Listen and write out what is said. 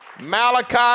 Malachi